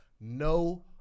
no